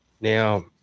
Now